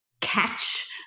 catch